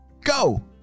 Go